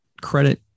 credit